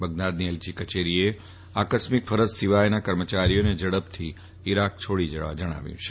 બગદાદની એલચી કચેરીએ આકસ્મીક ફરજ સિવાયના કર્મચારીઓને ઝડપથી ઈરાક છોડી જવા જણાવ્યું છે